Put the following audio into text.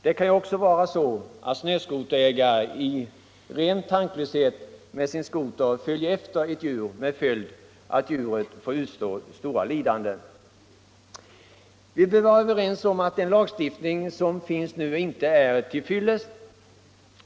Det kan ju också vara så att en snöskoterägare i ren tanklöshet med sin skoter följer efter ett djur med påföljd att djuret får utstå stora lidanden. Vi bör vara överens om att den lagstiftning som nu finns inte är till fyllest.